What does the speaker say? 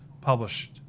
published